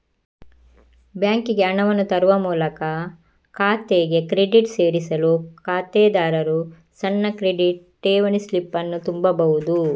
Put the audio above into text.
ಬ್ಯಾಂಕಿಗೆ ಹಣವನ್ನು ತರುವ ಮೂಲಕ ಖಾತೆಗೆ ಕ್ರೆಡಿಟ್ ಸೇರಿಸಲು ಖಾತೆದಾರರು ಸಣ್ಣ ಕ್ರೆಡಿಟ್, ಠೇವಣಿ ಸ್ಲಿಪ್ ಅನ್ನು ತುಂಬಬಹುದು